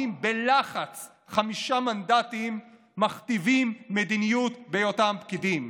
בלחץ חמישה מנדטים מכתיבים מדיניות בהיותם פקידים.